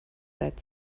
seit